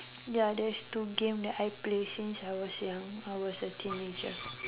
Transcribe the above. ya there is two game that I play since I was young I was a teenager